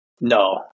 No